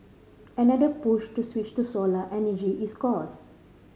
another push to switch to solar energy is cost